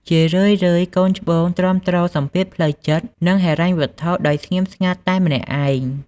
ជារឿយៗ កូនច្បងទ្រាំទ្រសម្ពាធផ្លូវចិត្ត និងហិរញ្ញវត្ថុដោយស្ងៀមស្ងាត់តែម្នាក់ឯង។